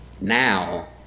Now